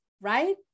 right